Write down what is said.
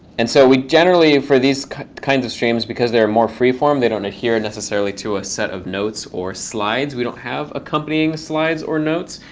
and so we generally, for these kinds of streams, because they're more free-form, they don't adhere and necessarily to a set of notes or slides, we don't have accompanying slides or notes.